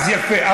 אז יפה.